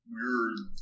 weird